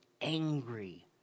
angry